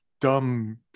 dumb